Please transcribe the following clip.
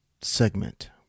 segment